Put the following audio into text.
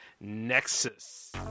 Nexus